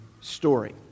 story